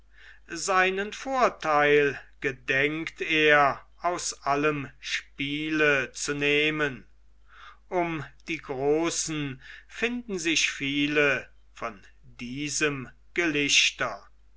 seinen vorteil gedenkt er aus allem spiele zu nehmen um die großen finden sich viele von diesem gelichter